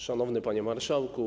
Szanowny Panie Marszałku!